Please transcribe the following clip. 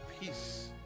peace